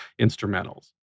instrumentals